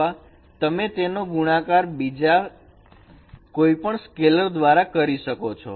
અથવા તમે તેનો ગુણાકાર બીજા કોઈપણ સ્કેલર દ્વારા કરી શકો છો